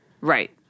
Right